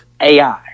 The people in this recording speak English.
AI